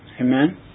Amen